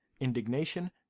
indignation